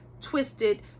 twisted